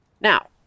Now